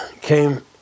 came